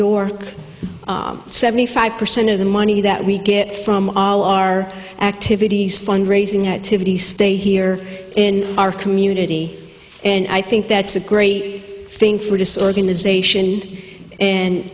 york seventy five percent of the money that we get from all our activities fundraising activities stay here in our community and i think that's a great thing for this organization and